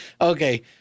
okay